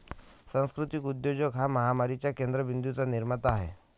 सांस्कृतिक उद्योजक हा महामारीच्या केंद्र बिंदूंचा निर्माता आहे